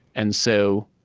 and so,